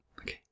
Okay